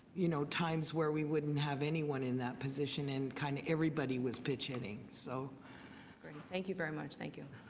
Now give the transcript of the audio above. you know, times where we wouldn't have anyone in that position. and kind of everybody was pinch hitting. so thank you very much. thank you.